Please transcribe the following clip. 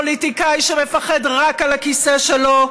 פוליטיקאי שמפחד רק על הכיסא שלו,